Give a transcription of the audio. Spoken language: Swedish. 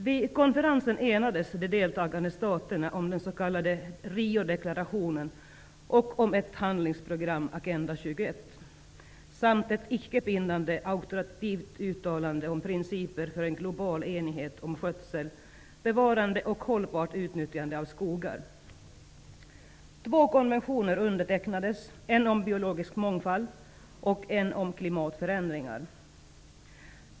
Vid konferensen enades de deltagande staterna om den s.k. Riodeklarationen och om ett handlingsprogram, Agenda 21, samt ett icke bindande auktoritativt uttalande om principer för en global enighet om skötsel, bevarande och hållbart utnyttjande av skogar. Två konventioner undertecknades, en om biologisk mångfald och en om klimatförändringar.